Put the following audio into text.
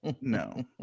no